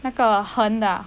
那个横的 ah